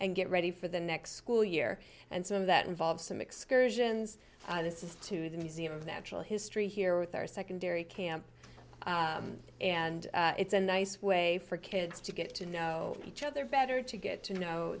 and get ready for the next school year and some of that involves some excursions this is to the museum of natural history here with our secondary camp and it's a nice way for kids to get to know each other better to get to know